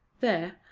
there,